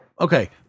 Okay